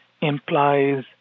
implies